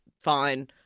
fine